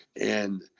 And-